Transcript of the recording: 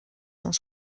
cent